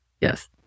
Yes